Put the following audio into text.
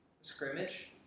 scrimmage